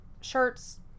shirts